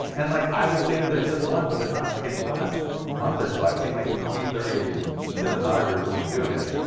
and like, i would say that there's just one but there's not and like, in the last month or so i've seen like twenty, thirty of these cinematographers going and doing this,